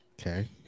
Okay